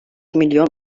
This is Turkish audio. milyon